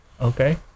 okay